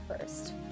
first